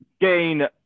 gain